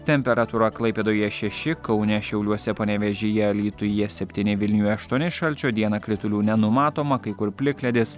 temperatūra klaipėdoje šeši kaune šiauliuose panevėžyje alytuje septyni vilniuje aštuoni šalčio dieną kritulių nenumatoma kai kur plikledis